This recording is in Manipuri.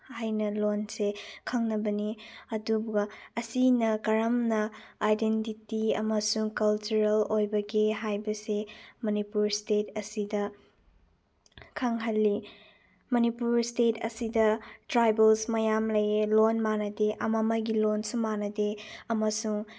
ꯍꯥꯏꯅ ꯂꯣꯟꯁꯦ ꯈꯪꯅꯕꯅꯤ ꯑꯗꯨꯒ ꯑꯁꯤꯅ ꯀꯔꯝꯅ ꯑꯥꯏꯗꯦꯟꯇꯤꯇꯤ ꯑꯃꯁꯨꯡ ꯀꯜꯆꯔꯦꯜ ꯑꯣꯏꯕꯒꯦ ꯍꯥꯏꯕꯁꯦ ꯃꯅꯤꯄꯨꯔ ꯏꯁꯇꯦꯠ ꯑꯁꯤꯗ ꯈꯪꯍꯜꯂꯤ ꯃꯅꯤꯄꯨꯔ ꯏꯁꯇꯦꯠ ꯑꯁꯤꯗ ꯇ꯭ꯔꯥꯏꯕꯜꯁ ꯃꯌꯥꯝ ꯂꯩꯌꯦ ꯂꯣꯟ ꯃꯥꯅꯗꯦ ꯑꯃꯃꯒꯤ ꯂꯣꯟꯁꯨ ꯃꯥꯅꯗꯦ ꯑꯃꯁꯨꯡ